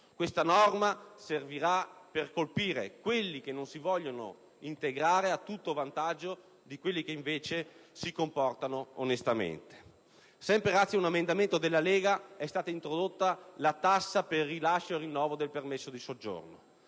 Questa norma servirà per colpire quelli che non vogliono integrarsi a tutto vantaggio di quelli che, invece, si comportano onestamente. Sempre grazie a un emendamento della Lega è stata introdotta la tassa per il rilascio e il rinnovo del permesso di soggiorno.